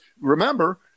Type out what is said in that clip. remember